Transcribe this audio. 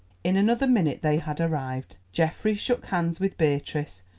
in another minute they had arrived. geoffrey shook hands with beatrice,